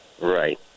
Right